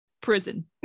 Prison